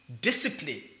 discipline